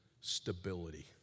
stability